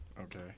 Okay